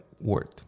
word